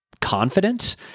confident